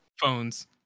Phones